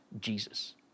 Jesus